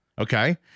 Okay